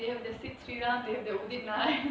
they have the six feet udit naarayanan